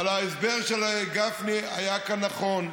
אבל ההסבר של גפני כאן היה נכון,